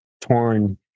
torn